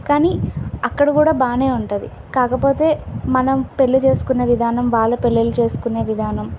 కానీ అక్కడ కూడా బాగా ఉంటుంది కాకపోతే మనం పెళ్ళి చేసుకునే విధానం వాళ్ళు పెళ్ళిళ్ళు చేసుకునే విధానం